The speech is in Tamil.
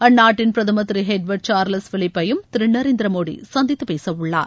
அந்நாட்டின் பிரதமர் திரு எட்வர்டு சார்லஸ் பிலிப்பையும் திரு நரேந்திர மோடி சந்தித்து பேசவுள்ளார்